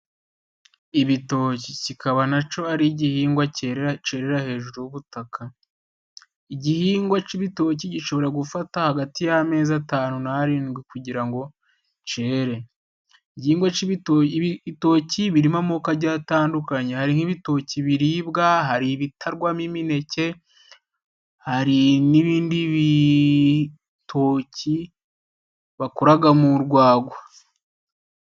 Igitoki, kikaba na cyo ari igihingwa cyerera hejuru y'ubutaka. Igihingwa cy'ibitoki gishobora gufata hagati y'amezi atanu n'arindwi kugira ngo cyere. Ibihingwa by' ibitoki birimo amoko agiye atandukanye. Hari ibitoki biribwa, hari ibitarwamo imineke, hari n'ibindi bitoki bakoramo urwagwa.